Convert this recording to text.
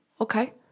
okay